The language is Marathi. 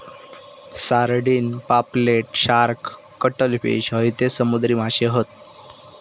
सारडिन, पापलेट, शार्क, कटल फिश हयते समुद्री माशे हत